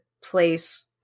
place